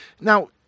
Now